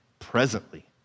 Presently